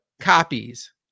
copies